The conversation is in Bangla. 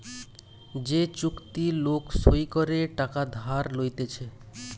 যে চুক্তি লোক সই করে টাকা ধার লইতেছে